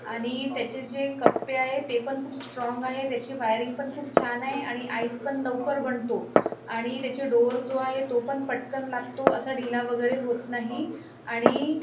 आणि त्याचे जे कप्पे आहे ते पण खूप स्ट्राँग आहे त्याची वायरिंग पण खूप छान आहे आणि आईस पण लवकर बनतो आणि त्याचे डोअर जो आहे तो पण पटकन लागतो असा ढिला वगैरे होत नाही आणि